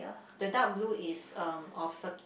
the dark blue is um of circ~